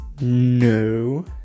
No